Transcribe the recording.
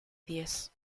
diez